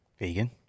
Vegan